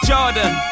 Jordan